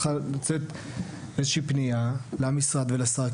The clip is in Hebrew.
צריכה לצאת איזושהי פנייה למשרד ולשר,